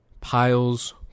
piles